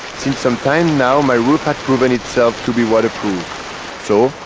since some time now my roof had proven itself to be waterproof so,